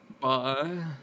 Bye